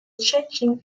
changing